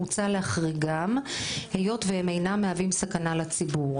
מוצע להחריגם היות והם אינם מהווים סכנה לציבור,